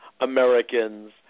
Americans